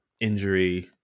injury